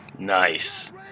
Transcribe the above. Nice